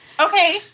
Okay